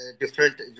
different